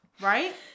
Right